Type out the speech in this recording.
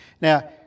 Now